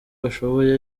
bashoboye